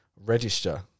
register